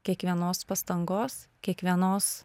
kiekvienos pastangos kiekvienos